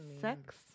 sex